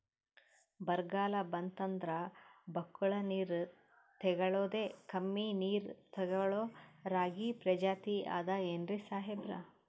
ಬರ್ಗಾಲ್ ಬಂತಂದ್ರ ಬಕ್ಕುಳ ನೀರ್ ತೆಗಳೋದೆ, ಕಮ್ಮಿ ನೀರ್ ತೆಗಳೋ ರಾಗಿ ಪ್ರಜಾತಿ ಆದ್ ಏನ್ರಿ ಸಾಹೇಬ್ರ?